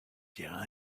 terrain